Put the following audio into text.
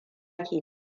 ke